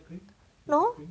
no